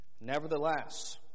Nevertheless